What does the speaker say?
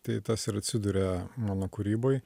tai tas ir atsiduria mano kūryboj